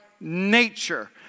nature